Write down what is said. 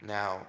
Now